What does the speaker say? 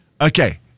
Okay